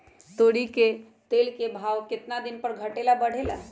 तोरी के तेल के भाव केतना दिन पर घटे ला बढ़े ला?